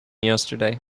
yesterday